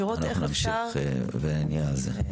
לראות איך אפשר --- אנחנו נמשיך ונהיה על זה.